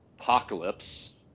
apocalypse